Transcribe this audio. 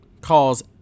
calls